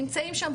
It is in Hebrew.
נמצאים שם